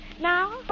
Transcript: Now